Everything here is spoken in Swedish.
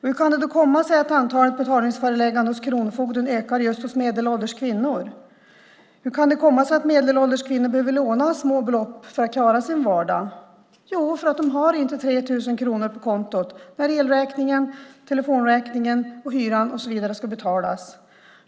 Hur kan det då komma sig att antalet betalningsförelägganden hos kronofogden ökar för just medelålders kvinnor? Hur kan det komma sig att medelålders kvinnor behöver låna små belopp för att klara sin vardag? Jo, därför att de inte har 3 000 kronor på kontot när elräkningen, telefonräkningen och hyran med mera har betalats.